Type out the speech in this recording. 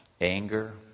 anger